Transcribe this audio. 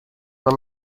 the